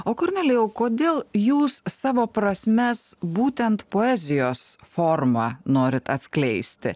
o kornelijau kodėl jūs savo prasmes būtent poezijos forma norit atskleisti